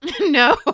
No